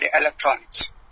Electronics